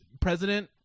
president